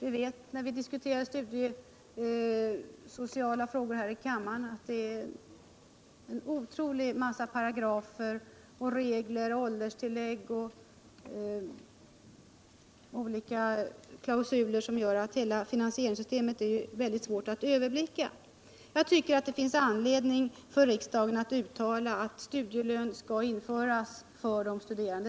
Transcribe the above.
Hela studiefinansieringssystemet är svårt att överblicka, med en mångd olika prognoser och klausuler. Det är också en anledning för riksdagen att uttala att studielön skall införas för de studerande.